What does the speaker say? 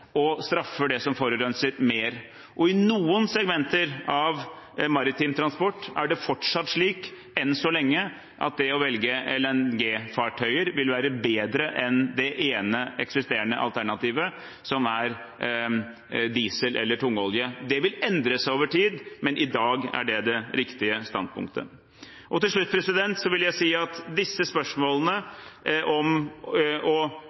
og straffer det som forurenser mer. I noen segmenter av maritim transport er det fortsatt slik – enn så lenge – at det å velge LNG-fartøyer vil være bedre enn det ene eksisterende alternativet, som er diesel eller tungolje. Det vil endre seg over tid, men i dag er det det riktige standpunktet. Til slutt vil jeg si at disse spørsmålene,